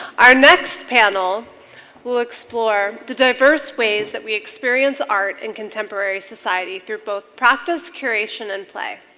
our next panel will explore the diverse ways that we experience art in contemporary society through both practice, curation, and play.